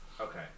Okay